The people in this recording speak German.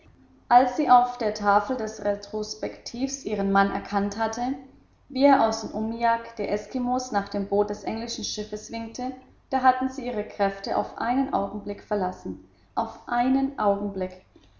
als sie auf der tafel des retrospektivs ihren mann erkannt hatte wie er aus dem umiak der eskimos nach dem boot des englischen schiffes winkte da hatten sie ihre kräfte auf einen augenblick verlassen auf einen augenblick